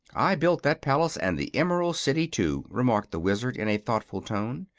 i built that palace, and the emerald city, too, remarked the wizard, in a thoughtful tone,